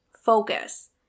focus